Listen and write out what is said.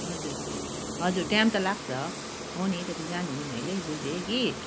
हजुर हजुर टाइम त लाग्छ हो नि त्यो त जानेँ नि मैले बुझेँ कि